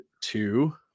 two